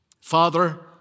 Father